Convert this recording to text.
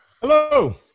hello